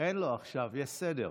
אין "לא עכשיו", יש סדר.